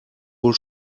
wohl